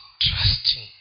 trusting